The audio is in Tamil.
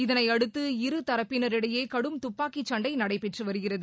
இதனையடுத்து இரு தரப்பினாிடையே கடும் துப்பாக்கிச் சண்டை நடைபெற்று வருகிறது